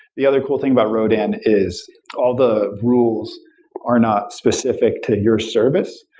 the other cool thing about rodan is all the rules are not specific to your service.